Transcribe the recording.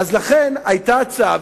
היתה הצעה,